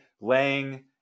laying